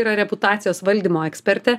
yra reputacijos valdymo ekspertė